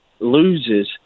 Loses